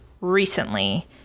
recently